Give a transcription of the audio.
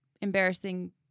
embarrassing